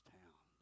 town